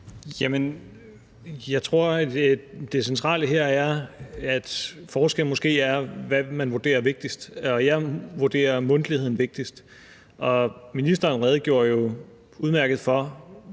det centrale her er, at forskellen måske er, hvad man vurderer er vigtigst. Og jeg vurderer mundtlig dansk som vigtigst. Og ministeren redegjorde jo udmærket for,